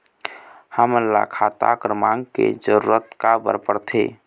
हमन ला खाता क्रमांक के जरूरत का बर पड़थे?